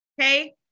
Okay